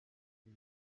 ibi